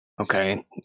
Okay